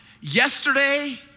Yesterday